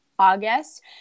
August